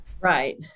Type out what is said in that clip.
Right